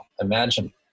imagine